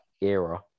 era